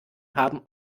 haben